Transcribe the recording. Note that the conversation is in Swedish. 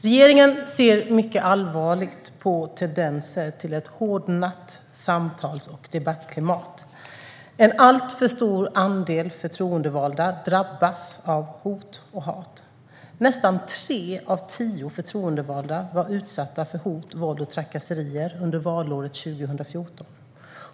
Regeringen ser mycket allvarligt på tendenser till ett hårdnat samtals och debattklimat. En alltför stor andel förtroendevalda drabbas av hot och hat. Nästan tre av tio förtroendevalda var utsatta för hot, våld och trakasserier under valåret 2014.